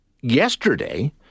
yesterday